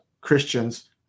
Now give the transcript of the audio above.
Christians